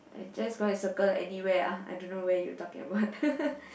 I just go and circle anywhere ah I don't know where you talking about